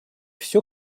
всё